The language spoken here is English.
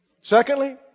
Secondly